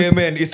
Amen